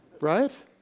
Right